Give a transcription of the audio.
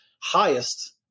highest